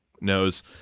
knows